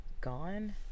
gone